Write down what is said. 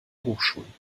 hochschulen